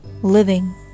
living